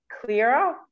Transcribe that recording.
clearer